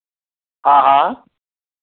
हाँ हाँ